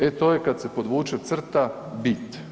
E to je kad se podvuče crta bit.